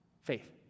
Faith